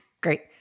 Great